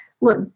Look